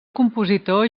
compositor